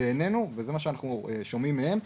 בעינינו וזה גם מה שאנחנו שומעים מהם,